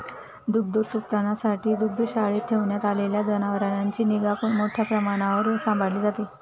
दुग्धोत्पादनासाठी दुग्धशाळेत ठेवण्यात आलेल्या जनावरांची निगा मोठ्या प्रमाणावर सांभाळली जाते